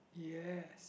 yes